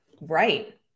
Right